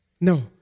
No